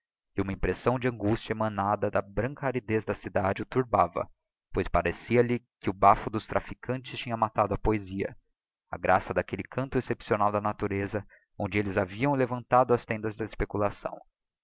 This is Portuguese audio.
e uma impressão de angustia emanada da branca aridez da cidade o turbava pois parecia lhe que o bafo dos traficantes tinha matado a poesia a graça d'aquelle canto excepcional da natureza onde elles haviam levantado as tendas da especulação